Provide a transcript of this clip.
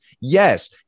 Yes